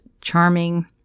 charming